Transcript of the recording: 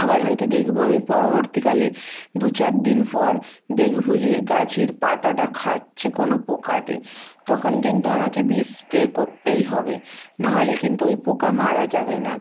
আবার হয়তো দেখবো আমি পরবর্তীকালে দু চার দিন পর দেখবো যে গাছের পাতাটা খাচ্চে কোনো পোকাতে তখন কিন্তু আমাকে বিষ স্প্রে করতেই হবে নাহলে কিন্তু ওই পোকা মারা যাবে না